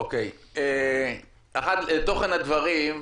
לגבי תוכן הדברים,